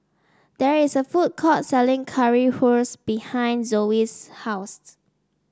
there is a food court selling Currywurst behind Zoey's house